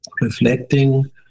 reflecting